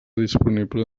disponible